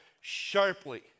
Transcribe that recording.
sharply